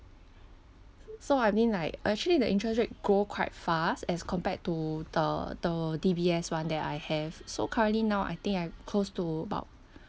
so I mean like actually the interest rate grow quite fast as compared to the the D_B_S one that I have so currently now I think I close to about